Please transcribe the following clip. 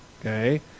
Okay